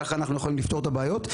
ככה אנחנו יכולים לפתור את הבעיות.